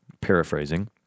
paraphrasing